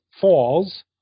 falls